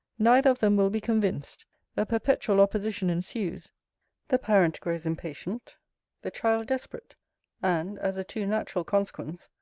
neither of them will be convinced a perpetual opposition ensues the parent grows impatient the child desperate and, as a too natural consequence,